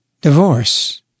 divorce